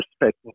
Respect